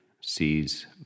sees